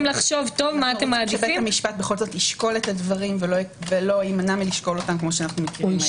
שבית המשפט ישקול את הדברים ולא יימנע מכך כפי שאנו מכירים.